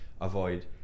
avoid